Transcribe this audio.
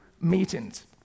meetings